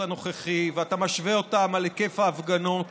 הנוכחי ואתה משווה אותו אל היקף ההפגנות